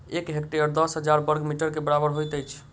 एक हेक्टेयर दस हजार बर्ग मीटर के बराबर होइत अछि